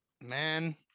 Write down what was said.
man